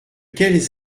quelles